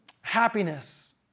Happiness